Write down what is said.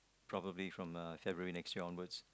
probably from uh February next year onwards